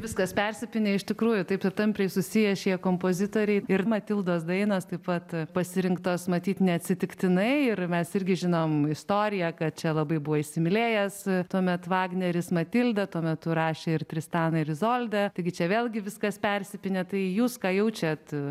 viskas persipynę iš tikrųjų taip ir tampriai susiję šie kompozitoriai ir matildos dainos taip pat pasirinktos matyt ne atsitiktinai ir mes irgi žinom istoriją kad čia labai buvo įsimylėjęs tuomet vagneris matildą tuo metu rašė ir tristaną ir izoldą taigi čia vėlgi viskas persipynę tai jūs ką jaučiat